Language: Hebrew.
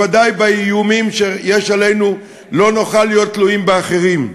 בוודאי באיומים שיש עלינו לא נוכל להיות תלויים באחרים.